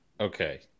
Okay